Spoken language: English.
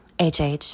HH